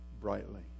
brightly